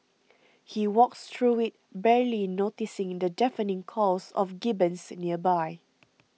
he walks through it barely noticing in the deafening calls of gibbons nearby